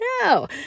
No